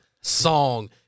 song